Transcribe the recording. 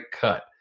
cut